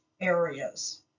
areas